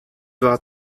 war